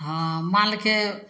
हँ माल के